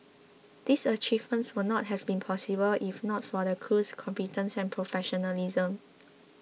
these achievements would not have been possible if not for the crew's competence and professionalism